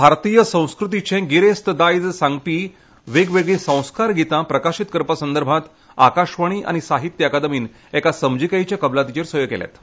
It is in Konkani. भारतिय संस्कृतीचें गिरेस्त दायज सांगपी वेगवेगळीं संस्कार गितां प्रकाशीत करपा संदर्भांत आकाशवाणी आनी साहित्य अकादमीन एका समजिकायेच्या कबलातीचेर सयो केल्यात